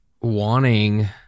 wanting